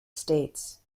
states